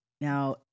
Now